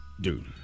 dude